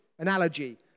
Analogy